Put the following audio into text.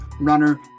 runner